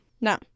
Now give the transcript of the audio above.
no